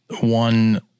one